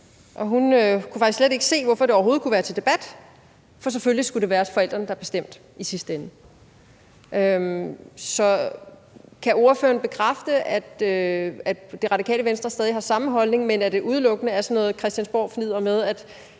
Hun kunne faktisk slet ikke se, hvorfor det overhovedet kunne være til debat, for selvfølgelig skulle det være forældrene, der bestemte i sidste ende. Kan ordføreren bekræfte, at Det Radikale Venstre stadig har samme holdning, men at det udelukkende er sådan noget christiansborgfnidder med